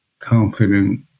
confident